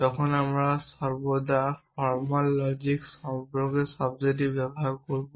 তখন আমরা সর্বদা ফর্মাল লজিক শব্দটি ব্যবহার করি